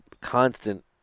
constant